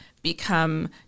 Become